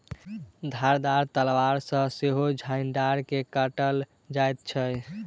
धारदार तलवार सॅ सेहो झाइड़ के काटल जाइत छै